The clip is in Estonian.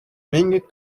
mingit